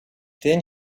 then